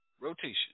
rotation